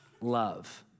love